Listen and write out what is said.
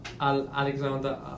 Alexander